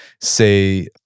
say